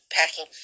packing